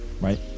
Right